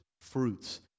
fruits